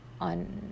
on